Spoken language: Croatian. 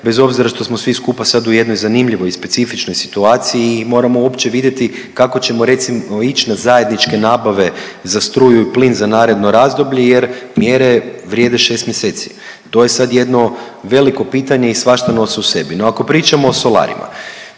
bez obzira što smo svi skupa sad u jednoj zanimljivoj i specifičnoj situaciji i moramo uopće vidjeti kako ćemo recimo ići na zajedničke nabave za struju i plin za naredno razdoblje jer mjere vrijede šest mjeseci. To je sad jedno veliko pitanje i svašta nosi u sebi. No, ako pričamo o solarima